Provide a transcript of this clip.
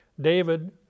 David